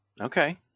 Okay